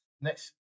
next